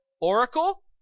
oracle